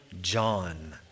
John